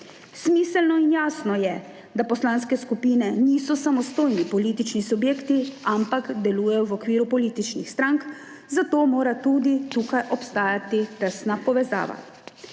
Smiselno in jasno je, da poslanske skupine niso samostojni politični subjekti, ampak delujejo v okviru političnih strank, zato mora tudi tukaj obstajati tesna povezava.